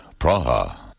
Praha